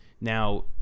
now